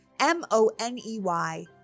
M-O-N-E-Y